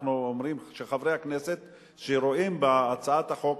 אנחנו אומרים שחברי הכנסת שרואים בהצעת החוק